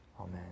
Amen